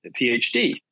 PhD